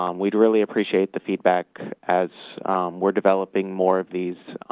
um we'd really appreciate the feedback as we're developing more of these.